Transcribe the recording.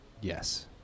Yes